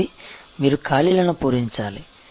కాబట్టి మీరు ఖాళీలను పూరించాలి